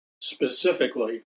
Specifically